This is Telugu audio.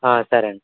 సరే అండి